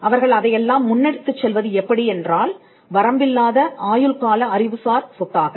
அவர்கள் அதையெல்லாம் முன்னெடுத்துச் செல்வது எப்படி என்றால் வரம்பில்லாத ஆயுள் கால அறிவுசார் சொத்தாக